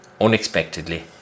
unexpectedly